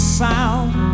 sound